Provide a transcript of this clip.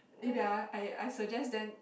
eh wait ah I I suggest then